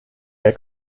der